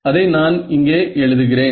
அதை நான் இங்கே எழுதுகிறேன்